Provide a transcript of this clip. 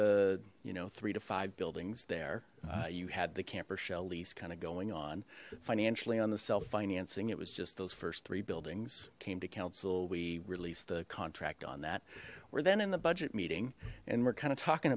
the you know three to five buildings there you had the camper shell lease kind of going on financially on the self financing it was just those first three buildings came to council we released the contract on that we're then in the budget meeting and we're kind of talking